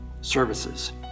services